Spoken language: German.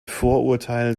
vorurteil